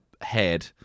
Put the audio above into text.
head